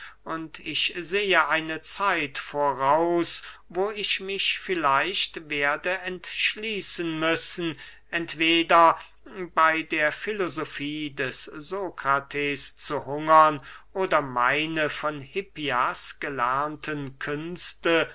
ich sehe eine zeit voraus wo ich mich vielleicht werde entschließen müssen entweder bey der filosofie des sokrates zu hungern oder meine von hippias gelernten künste